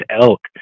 elk